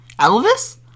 Elvis